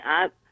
up